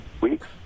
weeks